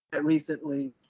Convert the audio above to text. recently